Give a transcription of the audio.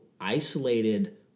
isolated